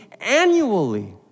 annually